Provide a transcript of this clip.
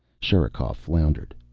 sherikov floundered.